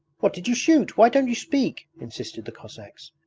what did you shoot? why don't you speak insisted the cossacks.